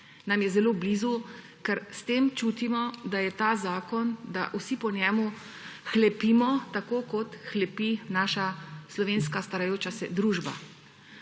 nam je zelo blizu, ker s tem čutimo, da vsi po tem zakonu hlepimo, tako kot hlepi naša slovenska starajoča se družba.